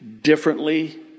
differently